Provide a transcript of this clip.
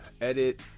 edit